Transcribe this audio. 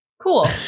Cool